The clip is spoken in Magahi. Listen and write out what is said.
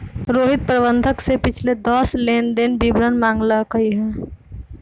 रोहित प्रबंधक से पिछले दस लेनदेन के विवरण मांगल कई